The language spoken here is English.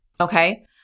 Okay